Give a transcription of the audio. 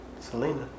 Selena